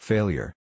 Failure